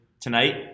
tonight